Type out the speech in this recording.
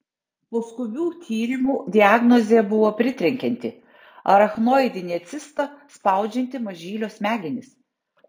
po skubių tyrimų diagnozė buvo pritrenkianti arachnoidinė cista spaudžianti mažylio smegenis